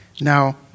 Now